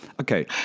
Okay